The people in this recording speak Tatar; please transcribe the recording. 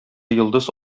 йолдыз